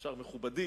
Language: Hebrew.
אפשר מכובדי,